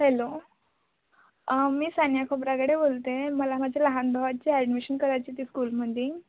hello मी सनिया खोबरागडे बोलते आहे मला माझ्या लहान भावाची ॲडमिशन करायची होती स्कूलमध्ये